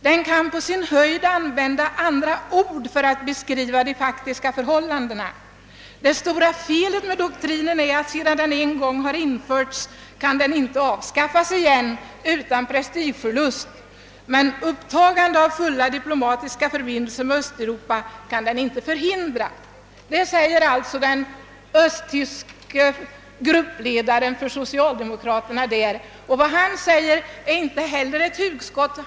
Den kan på sin höjd använda andra ord för att beskriva de faktiska förhållandena. Det stora felet med doktrinen är att, sedan den en gång har införts, kan den inte avskaffas utan prestigeförlust. Men upptagande av fulla diplomatiska förbindelser med Östeuropa kan den inte förhindra.» Detta säger alltså den västtyske gruppledaren för socialdemokraterna. Vad han säger är inte heller ett hugskott.